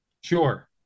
Sure